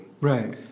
Right